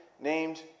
named